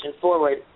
forward